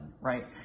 right